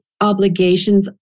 obligations